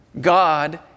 God